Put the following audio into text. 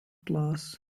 class